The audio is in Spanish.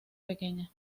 pequeña